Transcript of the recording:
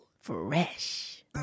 Fresh